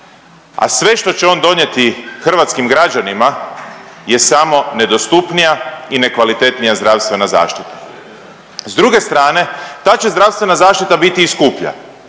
a sve što će on donijeti hrvatskim građanima je samo nedostupnija i nekvalitetnija zdravstvena zaštita. S druge strane ta će zdravstvena zaštita biti i skuplja